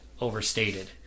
overstated